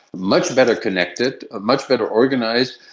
much better connected, much better organised,